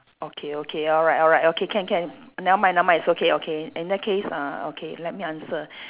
okay okay alright alright okay can can nevermind nevermind it's okay okay in that case uh okay let me answer